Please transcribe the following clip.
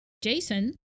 Jason